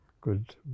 good